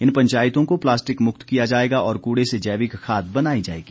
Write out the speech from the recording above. इन पंचायतों को प्लास्टिक मुक्त किया जाएगा और कूड़े से जैविक खाद बनाई जाएगी